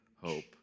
hope